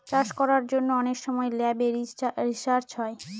চাষ করার জন্য অনেক সব ল্যাবে রিসার্চ হয়